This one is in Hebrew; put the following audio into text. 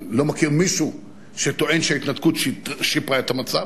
אני לא מכיר מישהו שטוען שההתנתקות שיפרה את המצב,